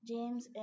James